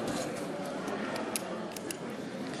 אני